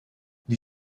die